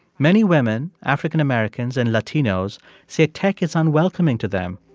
many women, african-americans and latinos say tech is unwelcoming to them.